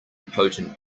potent